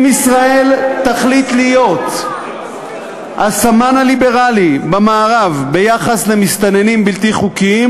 אם ישראל תחליט להיות הסמן הליברלי במערב ביחס למסתננים בלתי חוקיים,